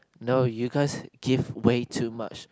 no you guys give way too much